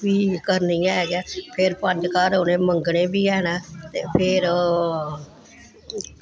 भी करनी है गै फिर पंज घर उ'नें मंग्गने बी हैन ते फिर